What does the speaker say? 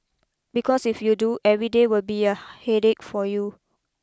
because if you do every day will be a headache for you